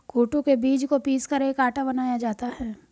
कूटू के बीज को पीसकर एक आटा बनाया जाता है